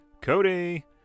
Cody